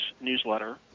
newsletter